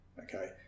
okay